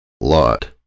Lot